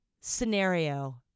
scenario